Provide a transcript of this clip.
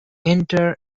inter